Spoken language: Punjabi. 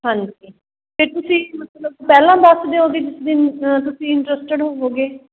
ਹਾਂਜੀ ਅਤੇ ਤੁਸੀਂ ਮਤਲਬ ਪਹਿਲਾਂ ਦੱਸ ਦਿਓ ਵੀ ਜਿਸ ਦਿਨ ਤੁਸੀਂ ਇੰਟਰਸਟਿਡ ਹੋਵੋਗੇ